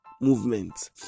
movement